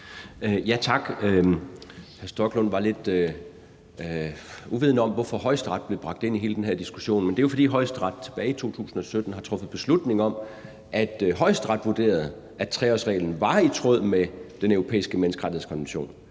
Stoklund stillede sig lidt uforstående over for, at Højesteret blev bragt ind i hele den her diskussion, men det er jo, fordi Højesteret tilbage i 2017 har truffet beslutning om, at Højesteret vurderede, at 3-årsreglen var i tråd med Den Europæiske Menneskerettighedskonvention.